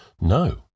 No